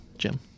Jim